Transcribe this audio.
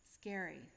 scary